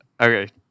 Okay